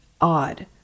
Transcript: odd